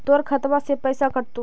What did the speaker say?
तोर खतबा से पैसा कटतो?